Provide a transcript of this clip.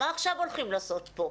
מה עכשיו הולכים לעשות פה?